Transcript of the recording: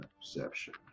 Perception